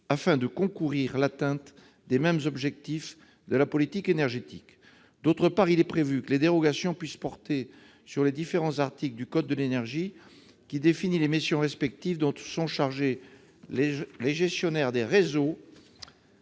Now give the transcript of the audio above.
afin de concourir à l'atteinte des mêmes objectifs de la politique énergétique. Par ailleurs, il est prévu que les dérogations puissent porter sur les articles L. 22-8 et L. 432-8 du code de l'énergie, qui définissent les missions respectives dont sont chargés les gestionnaires des réseaux